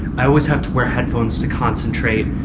i always have to wear headphones to concentrate,